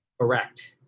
Correct